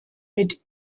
mit